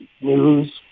news